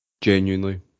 genuinely